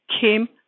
Kim